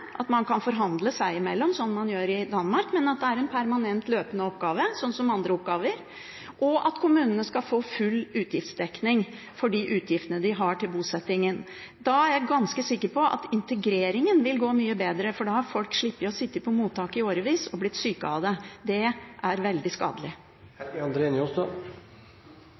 at man kan forhandle seg imellom – som man gjør i Danmark – men at det er en permanent løpende oppgave som andre oppgaver, og at kommunene skal få full utgiftsdekning for de utgiftene de har til bosettingen. Da er jeg ganske sikker på at integreringen vil gå mye bedre, for da har folk sluppet å sitte på mottak i årevis og bli syke av det. Det er veldig skadelig.